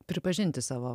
pripažinti savo